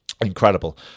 Incredible